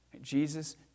Jesus